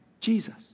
Jesus